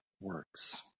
works